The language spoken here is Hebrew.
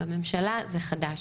בממשלה זה חדש.